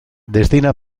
destina